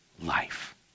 life